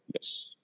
Yes